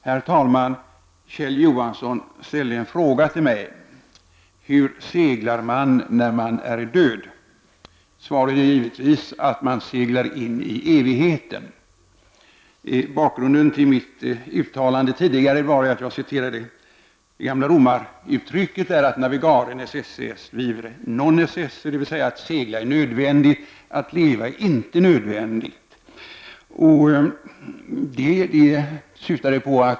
Herr talman! Kjell Johansson ställde en fråga till mig: Hur seglar man när man är död? Svaret är givetvis att man seglar in i evigheten. Bakgrunden är mitt uttalande tidigare där jag använde det gamla romaruttrycket: Navigare necesse est, vivere non necesse. Det betyder: Att segla är nödvändigt, att leva är inte nödvändigt.